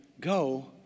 go